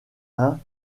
hein